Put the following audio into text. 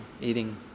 eating